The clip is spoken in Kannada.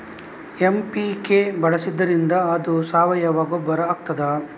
ಎಂ.ಪಿ.ಕೆ ಬಳಸಿದ್ದರಿಂದ ಅದು ಸಾವಯವ ಗೊಬ್ಬರ ಆಗ್ತದ?